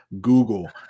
Google